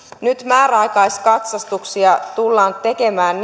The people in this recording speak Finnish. nyt määräaikaiskatsastuksia tullaan tekemään